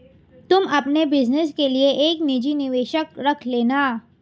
तुम अपने बिज़नस के लिए एक निजी निवेशक रख लेना